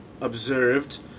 observed